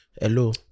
Hello